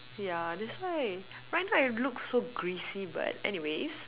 yeah that's why right now it looks so greasy but anyways